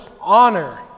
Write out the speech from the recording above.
honor